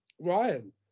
Ryan